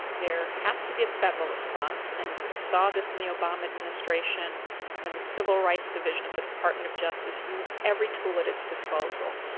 there has to be a federal response. and we saw this in the obama administration when the civil rights division of the department of justice used every tool at its disposal,